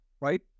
right